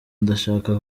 ndashaka